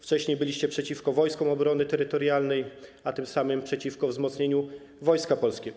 Wcześniej byliście przeciwko Wojskom Obrony Terytorialnej, a tym samym - przeciwko wzmocnieniu Wojska Polskiego.